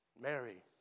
Mary